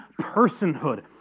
personhood